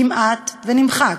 כמעט נמחק,